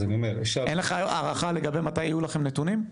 אין לך הערכה לגבי מתי יהיו לכם נתונים?